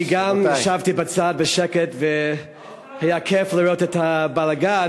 גם אני ישבתי בצד בשקט, והיה כיף לראות את הבלגן.